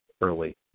early